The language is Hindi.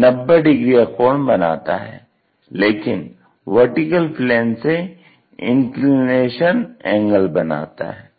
90 डिग्री का कोण बनाता है लेकिन VP से इंक्लिनेशन एंगल बनाता है